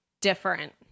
different